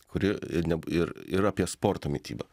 kuri neb ir ir apie sporto mitybą